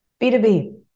B2B